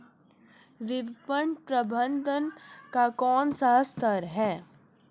विपणन प्रबंधन का कौन सा स्तर है?